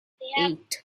eight